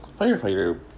firefighter